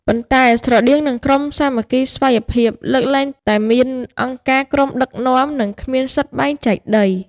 ប៉ុន្តែស្រដៀងនឹងក្រុមសាមគ្គីស្វ័យភាព លើកលែងតែមានអង្គការក្រុមដឹកនាំ និងគ្មានសិទ្ធិបែងចែកដី។